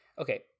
Okay